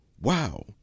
wow